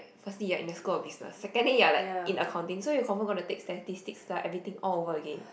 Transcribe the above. firstly you are in school of business secondly you are like in accounting so you confirm gonna take statistics lah everything all over again